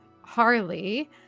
Harley